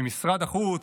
משרד החוץ,